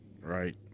Right